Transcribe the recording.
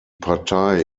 partei